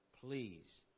please